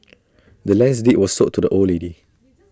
the land's deed was sold to the old lady